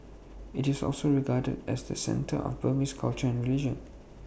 IT is also regarded as the centre of Burmese culture and religion